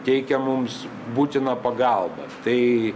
teikia mums būtiną pagalbą tai